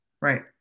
Right